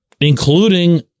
including